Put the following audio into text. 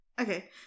Okay